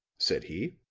said he.